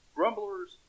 Grumblers